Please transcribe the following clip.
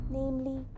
namely